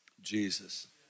Jesus